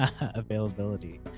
availability